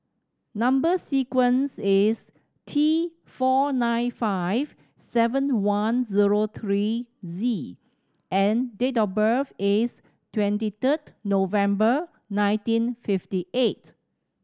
number sequence is T four nine five seven one zero three Z and date of birth is twenty third November nineteen fifty eight